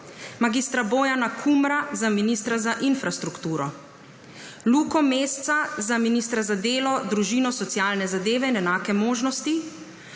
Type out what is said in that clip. mag. Bojana Kumra za ministra za infrastrukturo, Luko Mesca za ministra za delo, družino, socialne zadeve in enake možnosti,